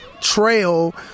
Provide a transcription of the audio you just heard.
trail